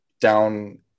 down